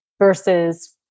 versus